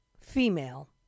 female